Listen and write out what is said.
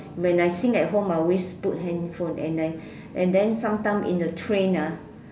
when I sing at home I always put handphone and then and then sometimes in the train ah